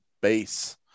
base